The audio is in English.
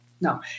No